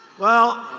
well,